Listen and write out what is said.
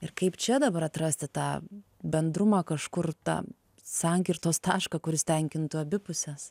ir kaip čia dabar atrasti tą bendrumą kažkur tą sankirtos tašką kuris tenkintų abi puses